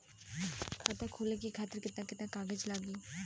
खाता खोले खातिर केतना केतना कागज लागी?